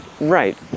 Right